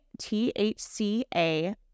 THCA